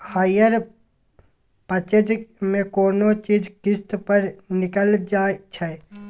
hire purchase मे कोनो चीज किस्त पर कीनल जाइ छै